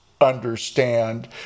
understand